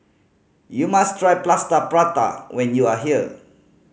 you must try Plaster Prata when you are here